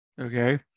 okay